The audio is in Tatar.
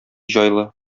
җайлы